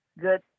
good